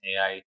AI